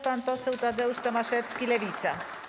Pan poseł Tadeusz Tomaszewski, Lewica.